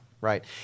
right